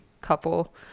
couple